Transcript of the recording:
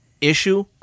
issue